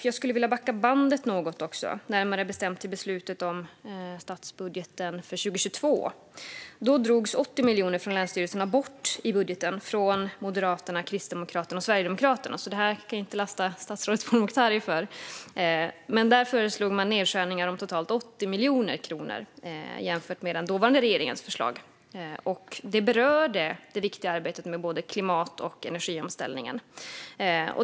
Jag skulle vilja backa bandet något, närmare bestämt till beslutet om statsbudgeten för 2022. Då drogs 80 miljoner bort från länsstyrelserna i budgeten från Moderaterna, Kristdemokraterna och Sverigedemokraterna - det här kan jag alltså inte lasta statsrådet Pourmokhtari för. Där föreslog man nedskärningar på totalt 80 miljoner kronor jämfört med den dåvarande regeringens förslag. Det berörde det viktiga arbetet med både klimatomställningen och energiomställningen.